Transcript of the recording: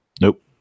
Nope